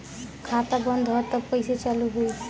खाता बंद ह तब कईसे चालू होई?